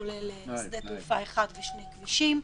כולל שדה תעופה אחד ושני כבישים,